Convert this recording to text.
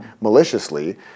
maliciously